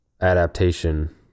adaptation